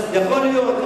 אני, יכול להיות.